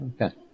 Okay